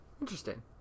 interesting